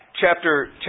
chapter